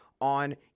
on